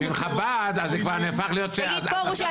תגיד פרוש,